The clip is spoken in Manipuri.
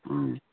ꯎꯝ